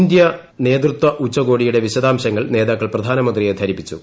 India നേതൃത്വ ഉച്ചകോടിയുടെ വിശദാംശങ്ങൾ നേതാക്കൾ പ്രധാനമന്ത്രിയെ ധരിപ്പിച്ചു